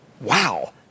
wow